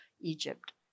Egypt